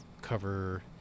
cover